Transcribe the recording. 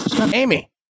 Amy